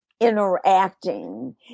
interacting